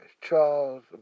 Charles